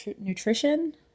nutrition